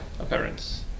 appearance